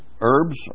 herbs